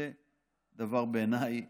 זה בעיניי